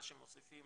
מה שמוסיפים